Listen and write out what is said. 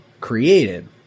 created